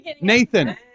Nathan